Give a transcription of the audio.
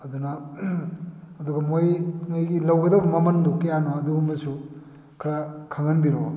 ꯑꯗꯨꯅ ꯑꯗꯨꯒ ꯃꯣꯏ ꯅꯣꯏꯒꯤ ꯂꯧꯒꯗꯧꯕ ꯃꯃꯟꯗꯨ ꯀꯌꯥꯅꯣ ꯑꯗꯨꯒꯨꯝꯕꯁꯨ ꯈꯔ ꯈꯪꯍꯟꯕꯤꯔꯛꯑꯣ